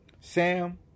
Sam